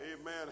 Amen